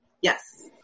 yes